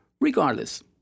Regardless